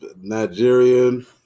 Nigerian